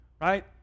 right